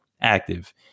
active